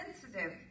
sensitive